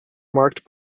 marked